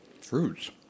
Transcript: Fruits